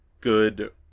good